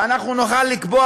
ואנחנו נוכל לקבוע,